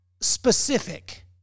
specific